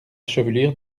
chevelure